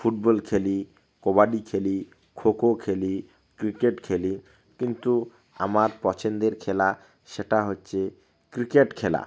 football খেলি কবাডি খেলি খোখো খেলি ক্রিকেট খেলি কিন্তু আমার পছন্দের খেলা সেটা হচ্ছে ক্রিকেট খেলা